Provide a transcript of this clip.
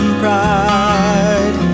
pride